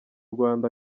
rwanda